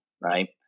right